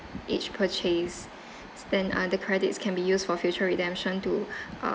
each purchase spent under credits can be used for future redemption to uh